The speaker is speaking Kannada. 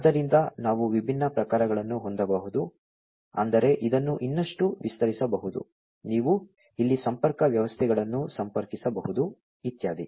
ಆದ್ದರಿಂದ ನಾವು ವಿಭಿನ್ನ ಪ್ರಕಾರಗಳನ್ನು ಹೊಂದಬಹುದು ಅಂದರೆ ಇದನ್ನು ಇನ್ನಷ್ಟು ವಿಸ್ತರಿಸಬಹುದು ನೀವು ಇಲ್ಲಿ ಸಂಪರ್ಕ ವ್ಯವಸ್ಥೆಗಳನ್ನು ಸಂಪರ್ಕಿಸಬಹುದು ಇತ್ಯಾದಿ